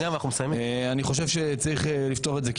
אני חושב שצריך לפתוח את זה,